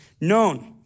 known